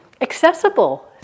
accessible